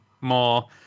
more